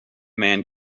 man